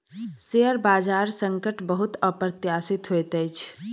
share बजार संकट बहुत अप्रत्याशित होइत अछि